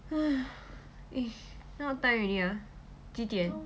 !haiyo! eh now what time already ah 几点